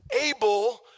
able